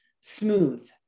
smooth